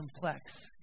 complex